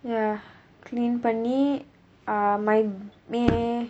ya clean பண்ணி:panni uh my~